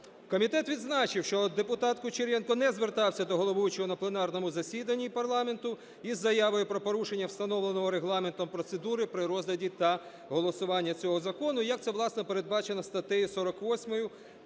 Комітет відзначив, що депутат Кучеренко не звертався до головуючого на пленарному засіданні парламенту із заявою про порушення встановленої Регламентом процедури при розгляді та голосуванні цього закону, як це, власне, передбачено статтею 48